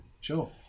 Sure